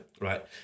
right